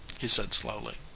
he said slowly.